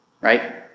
Right